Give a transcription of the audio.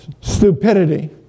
stupidity